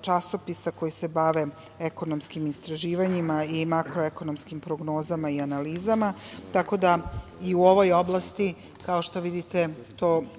časopisa koji se bave ekonomskim istraživanjima i makroekonomskim prognozama i analizama, tako da i u ovoj oblasti, kao što vidite,